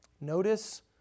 Notice